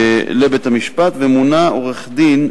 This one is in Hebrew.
ומונה עורך-דין,